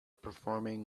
performing